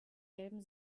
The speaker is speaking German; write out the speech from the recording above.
gelben